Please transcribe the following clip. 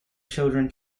children